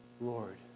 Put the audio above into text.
Lord